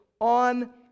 on